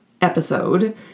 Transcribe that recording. episode